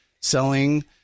selling